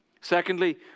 Secondly